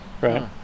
right